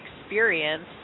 experience